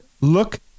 look